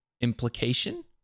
implication